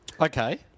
Okay